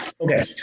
Okay